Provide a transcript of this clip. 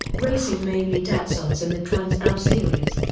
racing mainly datsuns in the trans-am series.